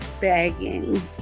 begging